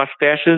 mustaches